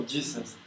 Jesus